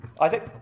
Isaac